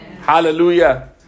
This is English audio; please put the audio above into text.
Hallelujah